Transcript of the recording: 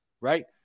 right